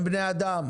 הם בני אדם.